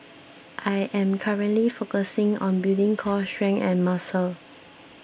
I am currently focusing on building core strength and muscle